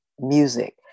music